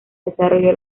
desarrolló